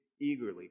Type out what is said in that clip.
eagerly